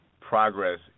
progress